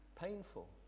painful